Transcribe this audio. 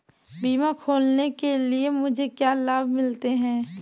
बीमा खोलने के लिए मुझे क्या लाभ मिलते हैं?